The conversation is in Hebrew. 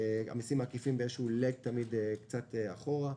המסים העקיפים באיזשהו leg תמיד קצת אחורה.